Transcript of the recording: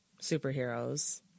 superheroes